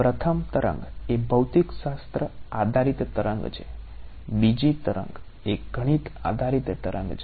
પ્રથમ તરંગ એ ભૌતિકશાસ્ત્ર આધારિત તરંગ છે બીજી તરંગ એ ગણિત આધારિત તરંગ છે